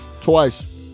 Twice